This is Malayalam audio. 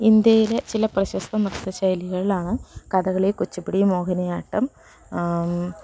ഇന്ത്യയിലെ ചില പ്രശസ്ത നൃത്ത ശൈലികളാണ് കഥകളി കുച്ചിപ്പിടി മോഹിനിയാട്ടം